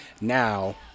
Now